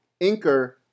Inker